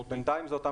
בינתיים אלה אותם